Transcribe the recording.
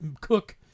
Cook